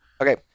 Okay